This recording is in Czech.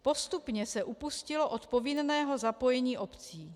Postupně se upustilo od povinného zapojení obcí.